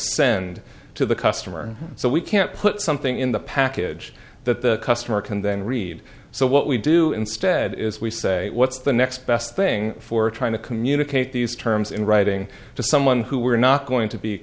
send to the customer so we can't put something in the package that the customer can then read so what we do instead is we say what's the next best thing for trying to communicate these terms in writing to someone who we're not going to be